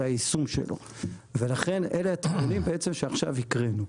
היישום שלו ולכן אלה התיקונים שעכשיו הקראנו.